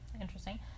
interesting